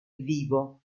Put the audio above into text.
vivo